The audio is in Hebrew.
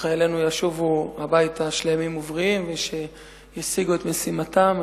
שחיילינו ישובו הביתה שלמים ובריאים וישיגו את משימתם.